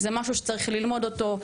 זה משהו שצריך ללמוד אותו,